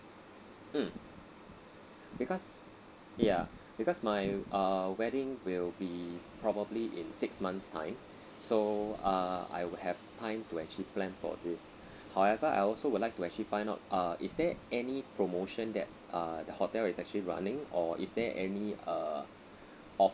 mm because ya because my uh wedding will be probably in six months' time so uh I will have time to actually plan for this however I also would like to actually find out uh is there any promotion that uh the hotel is actually running or is there any err